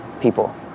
people